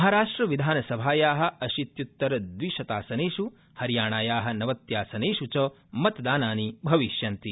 महाराष्ट्रविधानसभाया अशीत्युत्तरद्विशतासनेषु हरियाणाया नवत्यासनेषु च मतदानानि भविष्यन्ति